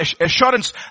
assurance